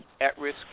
at-risk